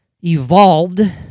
evolved